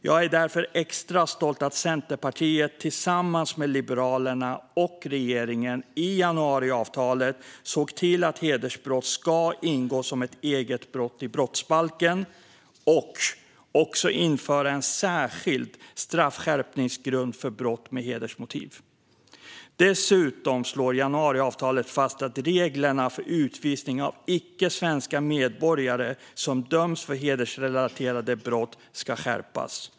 Jag är därför extra stolt över att Centerpartiet tillsammans med Liberalerna och regeringen i januariavtalet har sett till att hedersbrott ska ingå som ett eget brott i brottsbalken och att man också ska införa en särskild straffskärpningsgrund för brott med hedersmotiv. Dessutom slår januariavtalet fast att reglerna för utvisning av icke-svenska medborgare som döms för hedersrelaterade brott ska skärpas.